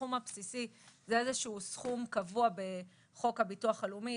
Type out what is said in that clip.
הסכום הבסיסי זה איזשהו סכום קבוע בחוק הביטוח הלאומי,